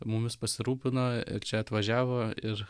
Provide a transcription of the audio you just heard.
mumis pasirūpino čia atvažiavo ir